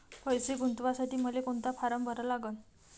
पैसे गुंतवासाठी मले कोंता फारम भरा लागन?